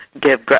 give